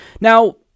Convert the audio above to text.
Now